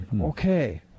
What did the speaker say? Okay